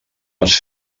has